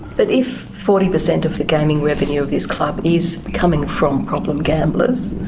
but if forty per cent of the gaming revenue of this club is coming from problem gamblers,